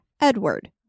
Edward